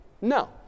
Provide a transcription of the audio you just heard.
No